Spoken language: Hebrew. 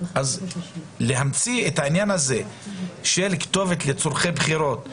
אז להמציא את העניין הזה של כתובת לצורכי בחירות,